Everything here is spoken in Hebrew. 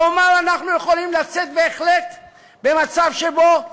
כלומר, אנחנו יכולים לצאת בהחלט במצב שבו,